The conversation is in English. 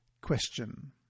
Question